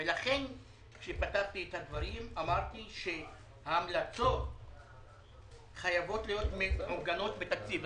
ולכן כשפתחתי את הדברים אמרתי שההמלצות חייבות להיות מעוגנות בתקציב.